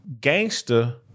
gangster